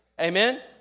Amen